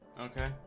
Okay